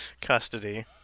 custody